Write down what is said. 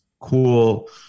cool